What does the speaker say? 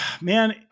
man